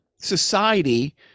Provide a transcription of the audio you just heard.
society